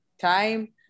time